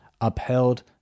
upheld